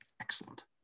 excellent